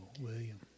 William